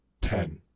Ten